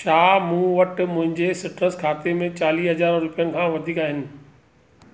छा मूं वटि मुंहिंजे सिट्रस खाते में चालीह हज़ार रुपियनि खां वधीक आहिनि